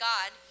God